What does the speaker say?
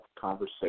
conversation